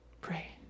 Pray